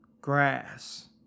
grass